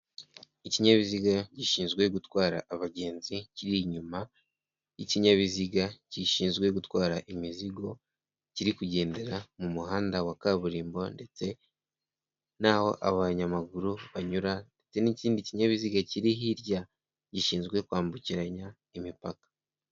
Ikinyabiziga gishinzwe gutwara abagenzi kiri inyuma y'ikinyabiziga gishinzwe gutwara imizigo kiri kugendera mu muhanda wa kaburimbo ndetse n'aho abanyamaguru bari kunyura. Dufite n'ikindi kinyabiziga kiri hirya gishinzwe kwambukiranya imipaka.